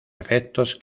efectos